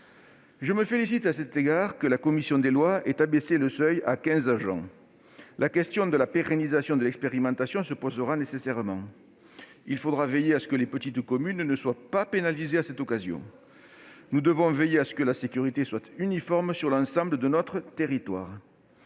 Je me félicite à cet égard de ce que la commission des lois ait abaissé le seuil à quinze agents. La question de la pérennisation de l'expérimentation se posera nécessairement. Il faudra veiller à ce que les petites communes ne soient pas pénalisées à cette occasion et que la sécurité soit uniforme sur l'ensemble de notre territoire.